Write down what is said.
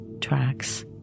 Tracks